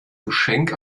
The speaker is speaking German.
geschenk